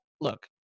look